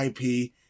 IP